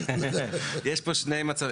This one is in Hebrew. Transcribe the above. יש פה שני מצבים.